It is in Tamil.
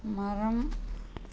மரம்